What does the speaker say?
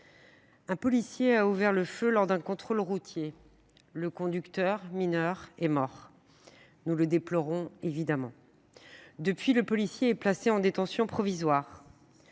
un policier a ouvert le feu lors d’un contrôle routier ; le conducteur, mineur, est mort. Nous le déplorons évidemment. Depuis, le policier est placé en détention provisoire.